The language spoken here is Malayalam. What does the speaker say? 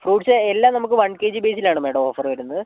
ഫ്രൂട്സ് എല്ലാം നമുക്ക് വൺ കെ ജി ബേസിലാണ് ഓഫർ വരുന്നത്